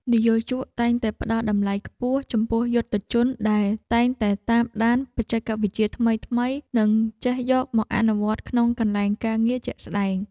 និយោជកតែងតែផ្តល់តម្លៃខ្ពស់ចំពោះយុត្តិជនដែលតែងតែតាមដានបច្ចេកវិទ្យាថ្មីៗ និងចេះយកមកអនុវត្តក្នុងកន្លែងការងារជាក់ស្តែង។